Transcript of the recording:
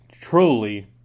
truly